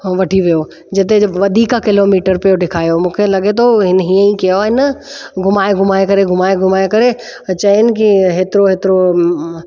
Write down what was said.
उहो वठी वियो जिते वधीक किलोमीटर पियो ॾेखारे मूंखे लॻे थो हिन हीअं कयो न घुमाए घुमाए करे घुमाए घुमाए करे चवनि कि हेतिरो हेतिरो